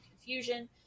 confusion